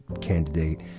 candidate